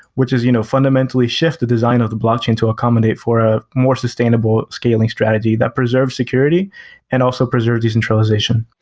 which is you know fundamentally shift the design of the blockchain to accommodate for a more sustainable scaling strategy that preserves security and also preserve decentralization.